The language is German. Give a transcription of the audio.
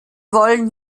wollen